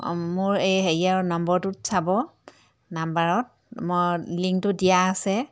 মোৰ এই হেৰিয়াৰ নম্বৰটোত চাব নম্বৰত মই লিংকটো দিয়া আছে